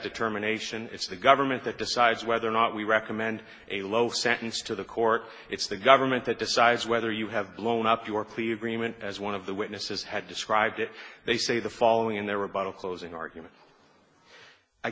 determination it's the government that decides whether or not we recommend a low sentence to the court it's the government that decides whether you have blown up your plea agreement as one of the witnesses had described it they say the following in their rebuttal closing argument i